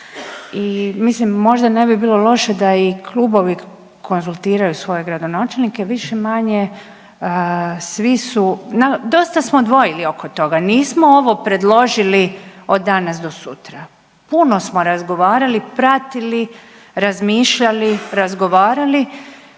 I mislim možda ne bi bilo loše da i klubovi konzultiraju svoje gradonačelnike više-manje svi su dosta smo dvojili oko toga, nismo ovo predložili od danas do sutra. Puno smo razgovarali, pratili, razmišljali, razgovarali